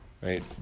right